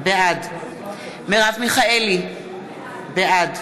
בעד מרב מיכאלי, בעד